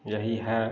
यही है